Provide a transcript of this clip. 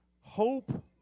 Hope